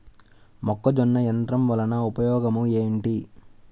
మొక్కజొన్న యంత్రం వలన ఉపయోగము ఏంటి?